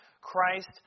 Christ